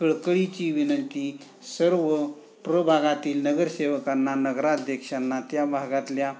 कळकळीची विनंती सर्व प्रभागातील नगरसेवकांना नगराध्यक्षांना त्या भागातल्या